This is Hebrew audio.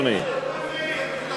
זה עניין של,